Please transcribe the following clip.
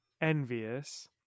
envious